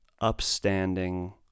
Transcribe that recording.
Upstanding